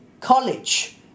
college